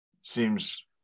seems